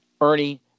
Ernie